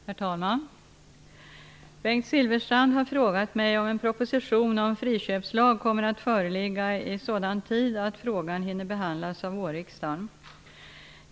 Herr talman! Bengt Silfverstrand har frågat mig om en proposition om friköpslag kommer att föreligga i sådan tid att frågan hinner behandlas av vårriksdagen.